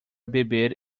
beber